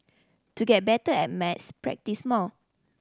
to get better at maths practise more